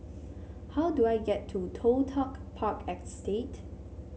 how do I get to Toh Tuck Park Estate